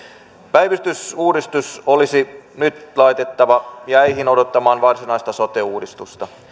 päivystysuudistus olisi nyt laitettava jäihin odottamaan varsinaista sote uudistusta